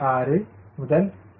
6 முதல் 0